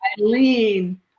Eileen